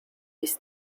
his